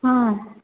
हँ